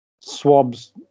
swabs